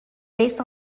based